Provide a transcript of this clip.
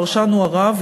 הפרשן הוא הרב,